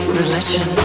religion